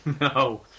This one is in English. No